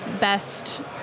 best